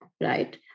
right